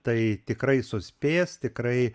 tai tikrai suspės tikrai